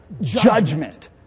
judgment